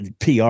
PR